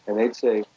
and they'd say,